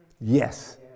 Yes